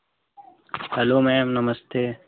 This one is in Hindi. हैलो मैम नमस्ते